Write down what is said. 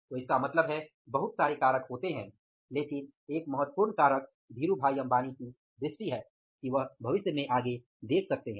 तो इसका मतलब है बहुत सारे कारक होते हैं लेकिन एक महत्वपूर्ण कारक धीरूभाई अंबानी की दृष्टि है कि वह भविष्य में आगे देख सकते हैं